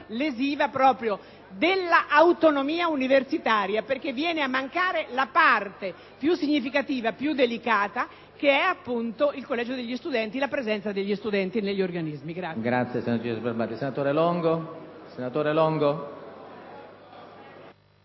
lesiva dell'autonomia universitaria, perché viene a mancare la parte più significativa e delicata che è appunto il collegio degli studenti e, quindi, la presenza degli studenti negli organismi